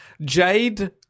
Jade